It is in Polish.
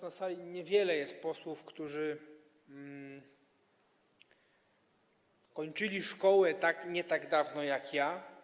Na sali niewielu jest posłów, którzy kończyli szkołę tak niedawno jak ja.